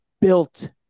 built